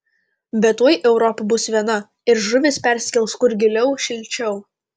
bet tuoj europa bus viena ir žuvis persikels kur giliau šilčiau